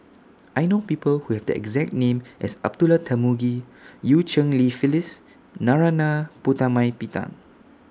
I know People Who Have The exact name as Abdullah Tarmugi EU Cheng Li Phyllis Narana Putumaippittan